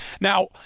Now